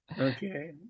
Okay